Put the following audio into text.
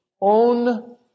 own